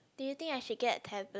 do you think I should get a tablet